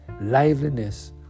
liveliness